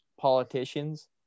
politicians